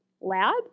lab